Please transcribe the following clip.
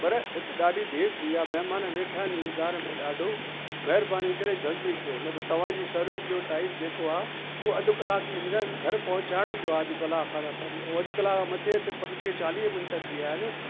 पर हिते ॾाढी देरि थी वई आहे महिमान वेठा आहिनि इंतज़ार में ॾाढो महिरबानी करे जल्दी कयो न त तव्हांजी सर्विस जो टाइम जेको आहे उहा अधु कलाक ईंदड़ घर पहुचाएण जो आ अध कलाक खां त पहिरीं ऐं अधु कलाक खां मथे हिते पंजुटीह चालीह मिंट थी विया आहिनि